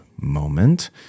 moment